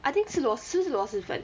I think 是螺蛳是不是螺蛳粉